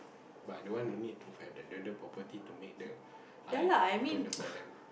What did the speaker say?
but i don't want the need to have that landed property to make the I open it for them